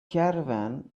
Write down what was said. caravan